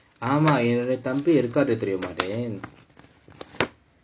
ஆமா என் தம்பி:aamaa en thambi encounter பண்ணா தெரியுமா உனக்கு:pannaa theriyumaa unakku